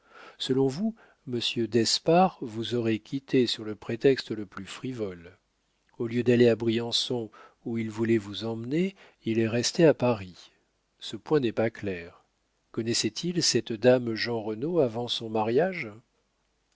selon vous monsieur d'espard vous aurait quittée sur le prétexte le plus frivole au lieu d'aller à briançon où il voulait vous emmener il est resté à paris ce point n'est pas clair connaissait-il cette dame jeanrenaud avant son mariage